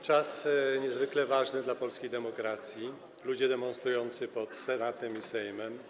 Czas niezwykle ważny dla polskiej demokracji, ludzie demonstrują pod Senatem i Sejmem.